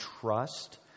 trust